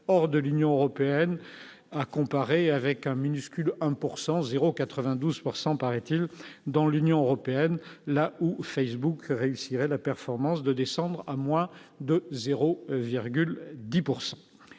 hors de l'Union européenne, à comparer avec un minuscule 1 pourcent 0 92 pourcent, paraît-il, dans l'Union européenne là où Facebook réussirait la performance de descendre à moins de 0,10